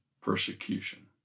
persecution